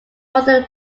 modern